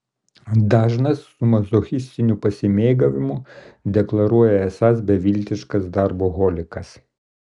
dažnas su mazochistiniu pasimėgavimu deklaruoja esąs beviltiškas darboholikas